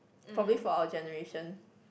probably for our generation